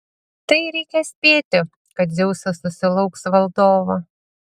tai reikia spėti kad dzeusas susilauks valdovo